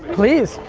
please.